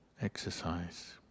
exercise